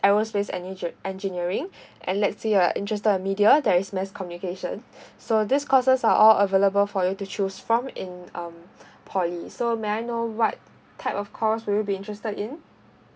aerospace energy engineering and let's say you're interested in media there is mass communication so these courses are all available for you to choose from in um poly so may I know what type of course will you be interested in